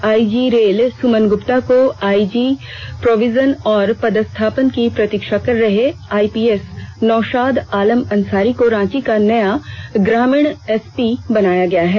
IG rail Suman Gupta को IG provision और पदस्थापन की प्रतीक्षा कर रहे आइपीएस नौशाद आलम अंसारी को रांची का नया ग्रामीण एसपी बनाया गया है